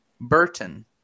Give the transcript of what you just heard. Burton